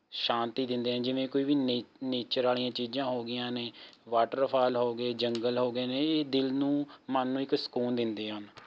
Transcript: ਸ਼ਾਂਤੀ ਦਿੰਦੇ ਹੈ ਜਿਵੇਂ ਕੋਈ ਵੀ ਨੇ ਨੇਚਰ ਵਾਲੀਆਂ ਚੀਜ਼ਾਂ ਹੋ ਗਈਆਂ ਨੇ ਵਾਟਰ ਫਾਲ ਹੋ ਗਏ ਜੰਗਲ ਹੋ ਗਏ ਨੇ ਇਹ ਦਿਲ ਨੂੰ ਮਨ ਨੂੰ ਇੱਕ ਸਕੂਨ ਦਿੰਦੇ ਹਨ